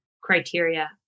criteria